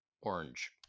orange